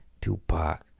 Tupac